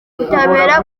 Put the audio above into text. butabera